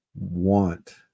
want